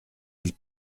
ils